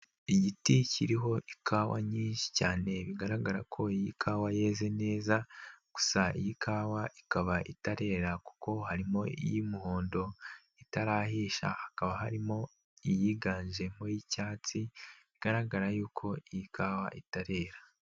igiti kiriho ikawa nyinshi cyane bigaragara ko iyi kawa yeze neza, gusa iyi kawa ikaba itarera kuko harimo iy'umuhondo itarahisha, hakaba harimo iyiganjemo y'icyatsi bigaragara ko iyi kawa itarera.